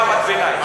מה עושה שטייניץ,